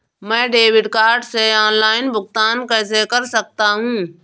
मैं debit card से online भुगतान कैसे कर सकता हूँ?